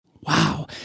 Wow